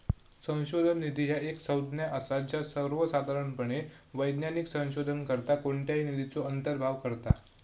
संशोधन निधी ह्या एक संज्ञा असा ज्या सर्वोसाधारणपणे वैज्ञानिक संशोधनाकरता कोणत्याही निधीचो अंतर्भाव करता